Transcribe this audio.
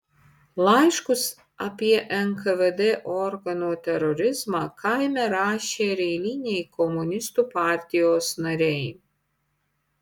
laiškus apie nkvd organų terorizmą kaime rašė ir eiliniai komunistų partijos nariai